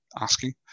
asking